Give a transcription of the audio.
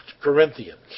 Corinthians